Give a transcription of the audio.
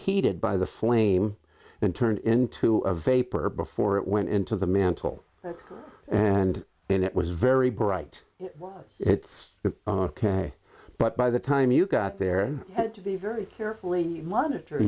heated by the flame and turned into a vapor before it went into the mantle and then it was very bright it's ok but by the time you got there had to be very carefully monitor